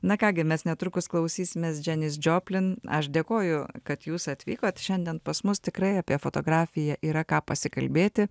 na ką gi mes netrukus klausysimės dženis džoplin aš dėkoju kad jūs atvykot šiandien pas mus tikrai apie fotografiją yra ką pasikalbėti